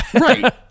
Right